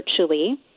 virtually